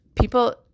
People